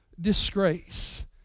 disgrace